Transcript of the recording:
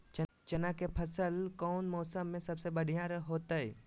चना के फसल कौन मौसम में सबसे बढ़िया होतय?